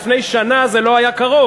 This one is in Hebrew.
שלפני שנה זה לא היה קרוב.